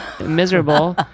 miserable